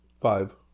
five